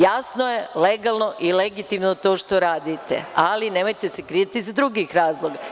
Jasno je, legalno, i legitimno to što radite, ali nemojte da se krijete iza drugih razloga.